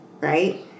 Right